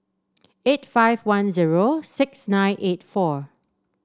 eight five one zero six nine eight four